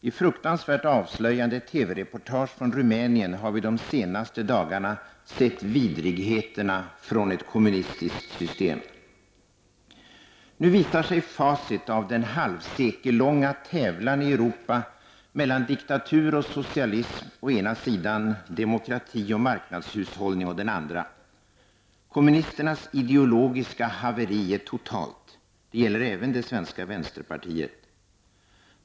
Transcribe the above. I fruktansvärt avslöjande TV-reportage från Rumänien har vi de senaste dagarna sett vidrigheterna från ett kommunistiskt system. Nu visar sig facit av den halvsekellånga tävlan i Europa mellan diktatur och socialism å ena sidan, demokrati och marknadshushållning å den andra. Kommunisternas ideologiska haveri är totalt. Det gäller även det svenska vänsterpartiet.